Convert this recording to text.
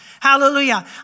Hallelujah